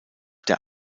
der